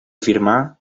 afirmà